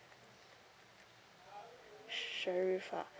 sharifah